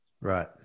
Right